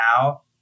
now